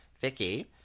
Vicky